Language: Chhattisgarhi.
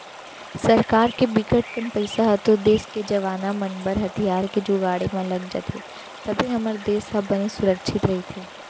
सरकार के बिकट कन पइसा ह तो देस के जवाना मन बर हथियार के जुगाड़े म लग जाथे तभे हमर देस ह बने सुरक्छित रहिथे